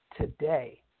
today